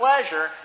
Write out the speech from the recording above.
pleasure